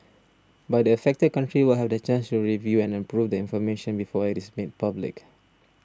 but the affected country will have the chance to review and approve the information before it is made public